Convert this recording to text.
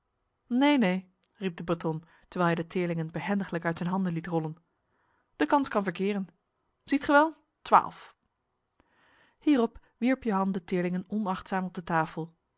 neen neen riep de breton terwijl hij de teerlingen behendiglijk uit zijn handen liet rollen de kans kan verkeren ziet gij wel twaalf hierop wierp jehan de teerlingen onachtzaam op de tafel